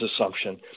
Assumption